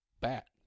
Bat